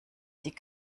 die